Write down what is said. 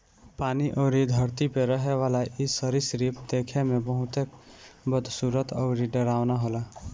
पानी अउरी धरती पे रहेवाला इ सरीसृप देखे में बहुते बदसूरत अउरी डरावना होला